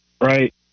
right